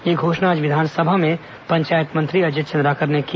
यह घोषणा आज विधानसभा में पंचायत मंत्री अजय चंद्राकर ने की